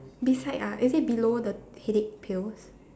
beside ah is it below the headache pills